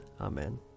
Amen